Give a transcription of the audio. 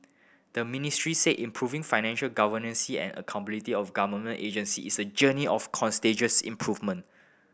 the ministry said improving financial governance see and accountability of government agencies is a journey of continuous improvement